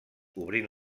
obrint